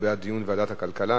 הוא בעד דיון בוועדת הכלכלה,